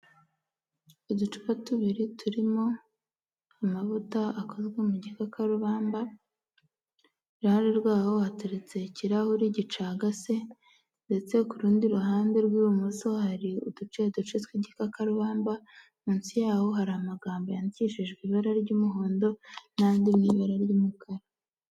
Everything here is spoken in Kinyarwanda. Uducupa tubiri turimo amavuta akozwe mu gikakarubamba, iruhande rwaho hateretse ikirahuri gicagase, ndetse ku rundi ruhande rw'ibumoso hari uduceduce tw'igikakarubamba, munsi yaho hari amagambo yandikishijwe ibara ry'umuhondo, n'andi mu ibara ry'umukara.